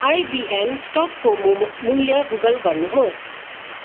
IBM स्टकको मो मूल्य गुगल गर्नुहोस्